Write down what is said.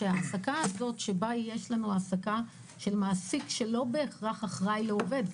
ההעסקה הזאת שבה יש לנו העסקה של מעסיק שלא בהכרח אחראי לעובד,